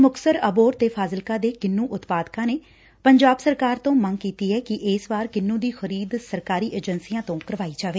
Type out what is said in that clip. ਮੁਕਤਸਰ ਅਬੋਹਰ ਤੇ ਫ਼ਾਜ਼ਿਲਕਾ ਦੇ ਕਿਨੂੰ ਉਤਪਾਦਕਾਂ ਨੇ ਪੰਜਾਬ ਸਰਕਾਰ ਤੋਂ ਮੰਗ ਕੀਤੀ ਐ ਕਿ ਇਸ ਵਾਰ ਕਿੰਨੁ ਦੀ ਖਰੀਦ ਸਰਕਾਰੀ ਏਜੰਸੀਆਂ ਤੋਂ ਕਰਵਾਈ ਜਾਵੇ